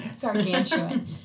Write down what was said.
Gargantuan